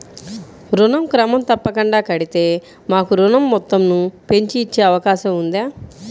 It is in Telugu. ఋణం క్రమం తప్పకుండా కడితే మాకు ఋణం మొత్తంను పెంచి ఇచ్చే అవకాశం ఉందా?